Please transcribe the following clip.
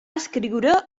escriure